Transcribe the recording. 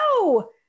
No